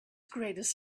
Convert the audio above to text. greatest